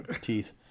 teeth